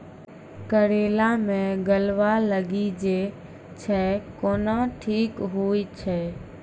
करेला मे गलवा लागी जे छ कैनो ठीक हुई छै?